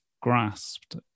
grasped